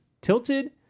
tilted